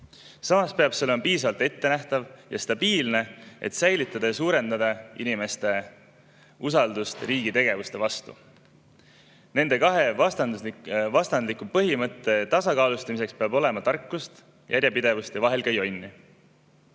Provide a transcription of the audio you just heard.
Samas peab see olema piisavalt ettenähtav ja stabiilne, et säilitada ja suurendada inimeste usaldust riigi tegevuste vastu. Nende kahe vastandliku põhimõtte tasakaalustamiseks peab olema tarkust, järjepidevust ja vahel ka jonni.